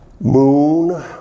moon